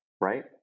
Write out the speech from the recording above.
right